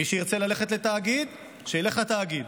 מי שירצה ללכת לתאגיד, שילך לתאגיד,